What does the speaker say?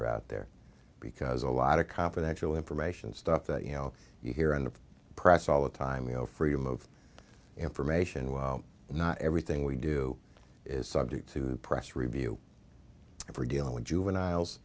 are out there because a lot of confidential information stuff that you know you hear in the press all the time you know freedom of information well not everything we do is subject to press review and we're dealing with juveniles